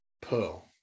pearl